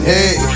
Hey